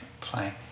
playing